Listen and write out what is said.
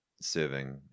serving